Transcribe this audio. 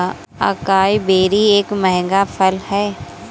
acai berry एक महंगा फल है